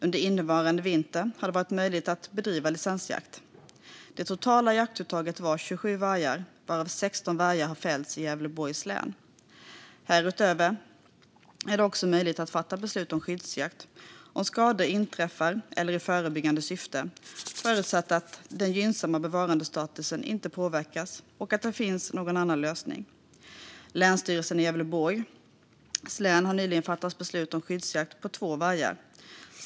Under innevarande vinter har det varit möjligt att bedriva licensjakt. Det totala jaktuttaget var 27 vargar, varav 16 vargar har fällts i Gävleborgs län. Härutöver är det också möjligt att fatta beslut om skyddsjakt om skador inträffar eller i förebyggande syfte förutsatt att den gynnsamma bevarandestatusen inte påverkas och att det inte finns någon annan lösning. Länsstyrelsen i Gävleborgs län har nyligen fattat beslut om skyddsjakt på två vargar.